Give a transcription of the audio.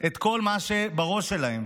כל מה שבראש שלהם.